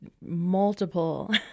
multiple